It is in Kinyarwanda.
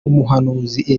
umuhanuzi